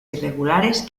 irregulares